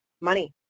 money